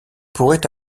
pourraient